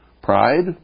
pride